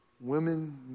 Women